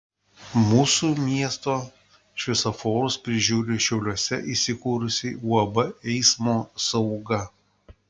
mūsų miesto šviesoforus prižiūri šiauliuose įsikūrusi uab eismo sauga